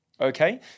okay